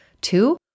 Two